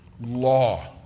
law